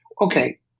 Okay